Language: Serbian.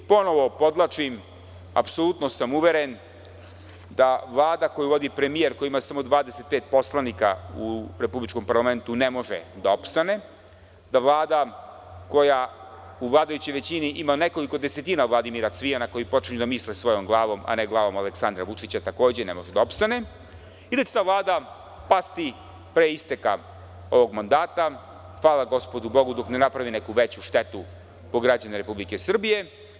Ponovo podvlačim apsolutno sam uveren da Vlada koju vodi premijer koji ima samo 25 poslanika u republičkom parlamentu ne može da opstane, da Vlada koja u vladajućoj većini ima nekoliko desetina Vladimira Cvijana, koji počinju da misle svojom glavom, a ne glavom Aleksandra Vučića, takođe ne može da opstane i da će ta Vlada pasti pre isteka ovog mandata, hvala gospodu Bogu, dok ne napravi neku veću štetu po građane Republike Srbije.